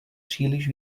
příliš